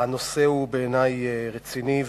הנושא הוא רציני בעיני,